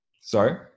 Sorry